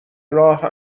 راه